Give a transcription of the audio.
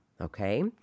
okay